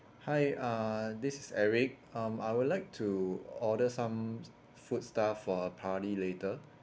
hi uh this is eric um I would like to order some food stuff for a party later